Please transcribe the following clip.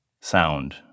sound